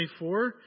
24